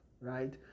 right